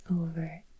over